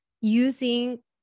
using